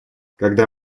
когда